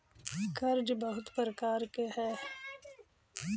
कर बहुत प्रकार के हई